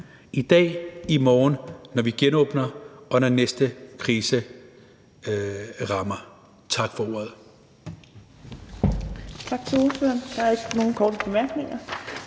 I dag, i morgen, når vi genåbner, og når næste krise rammer. Tak for ordet.